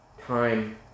time